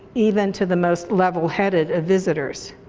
even to the most level headed of visitors.